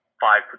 five